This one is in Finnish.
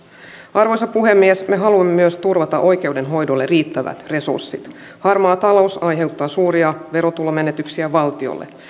arvoisa puhemies me haluamme myös turvata oikeudenhoidolle riittävät resurssit harmaa talous aiheuttaa suuria verotulomenetyksiä valtiolle